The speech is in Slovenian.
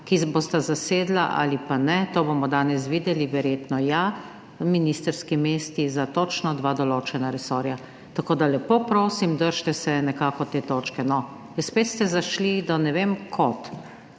se bosta zasedla ali pa ne, to bomo danes videli, verjetno ja, ministrski mesti za točno dva določena resorja. Tako da lepo prosim, držite se nekako te točke, no. In spet ste zašli do ne vem kod…